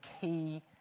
key